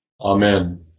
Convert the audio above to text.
Amen